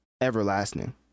everlasting